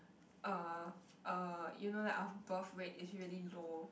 uh uh you know that our birth rate is really low